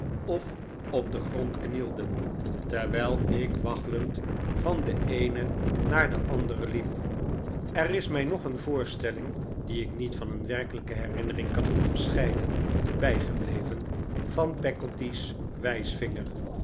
of op den grond knielden terwijl ik waggelend van de eene david copperfield naar de andere liep er is mij nog een voorstelling die ik niet van een werkelijke herinnering kan onderscheiden bijgebleven van peggotty's